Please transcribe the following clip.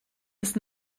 ist